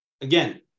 again